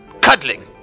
Cuddling